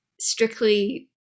strictly